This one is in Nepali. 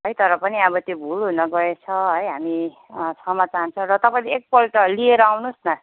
है तर पनि अब त्यो भुल हुन गएछ है हामी क्षमा चाहन्छौँ र तपाईँले एकपल्ट लिएर आउनुहोस् न